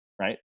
right